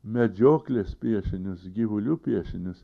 medžioklės piešinius gyvulių piešinius